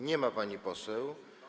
Nie ma pani poseł.